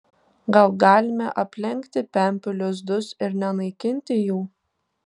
gal galime aplenkti pempių lizdus ir nenaikinti jų